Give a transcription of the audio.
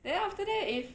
then after that if